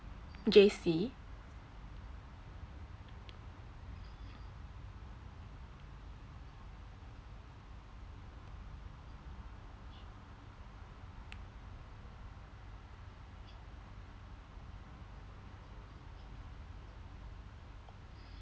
Jasey